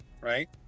right